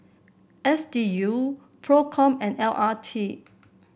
S D U Procom and L R T